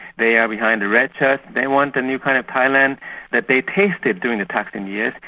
they are behind the red shirts, they want a new kind of thailand that they tasted during the thaksin years,